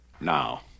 Now